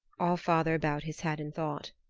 all-father bowed his head in thought.